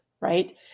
Right